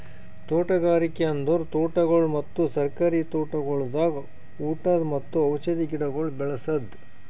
ತೋಟಗಾರಿಕೆ ಅಂದುರ್ ತೋಟಗೊಳ್ ಮತ್ತ ಸರ್ಕಾರಿ ತೋಟಗೊಳ್ದಾಗ್ ಉಟದ್ ಮತ್ತ ಔಷಧಿ ಗಿಡಗೊಳ್ ಬೇಳಸದ್